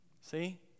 See